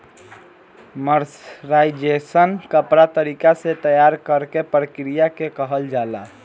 mercerisation कपड़ा तरीका से तैयार करेके प्रक्रिया के कहल जाला